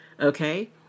okay